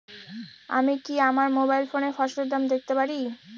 আমি কি আমার মোবাইল ফোনে ফসলের দাম দেখতে পারি?